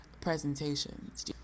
presentations